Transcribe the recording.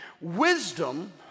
Wisdom